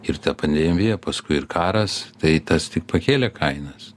ir ta pandemija paskui ir karas tai tas tik pakėlė kainas